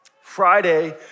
Friday